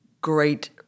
great